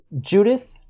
Judith